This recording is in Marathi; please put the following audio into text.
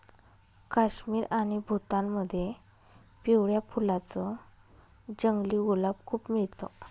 काश्मीर आणि भूतानमध्ये पिवळ्या फुलांच जंगली गुलाब खूप मिळत